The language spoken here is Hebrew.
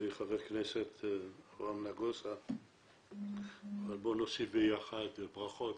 חברי חבר הכנסת אברהם נגוסה אבל בוא נוסיף ביחד ברכות